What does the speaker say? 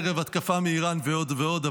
ערב התקפה מאיראן ועוד ועוד.